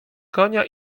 konia